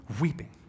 weeping